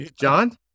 John